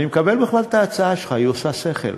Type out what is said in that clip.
אני מקבל בכלל את ההצעה שלך, היא עושה שכל.